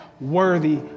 worthy